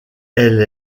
elle